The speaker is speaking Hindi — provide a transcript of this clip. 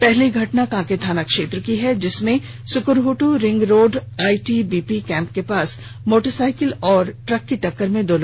पहली घटना कांके थाना क्षेत्र की है जिसमें Sukurhutu ring road ITBP camp के पास मोटरसाइकिल और ट्रक की टक्कर में दो लोगों की मौत हो गई